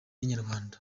inyarwanda